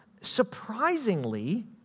Surprisingly